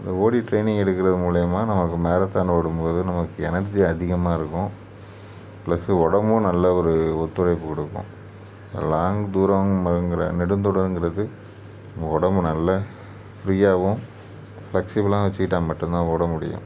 அந்த ஓடி ட்ரைனிங் எடுக்கிறது மூலிமா நமக்கு மாரத்தான் ஓடும் போது நமக்கு எனர்ஜி அதிகமாக இருக்கும் ப்ளஸ்ஸு உடம்பும் நல்ல ஒரு ஒத்துழைப்பு கொடுக்கும் அந்த லாங்க் தூரோங்கற நெடுந்துரோங்கிறது உடம்பு நல்ல ஃப்ரீயாவும் ஃப்ளெக்சிபிளாவும் வெச்சுட்டா மட்டுந்தான் ஓட முடியும்